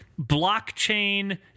blockchain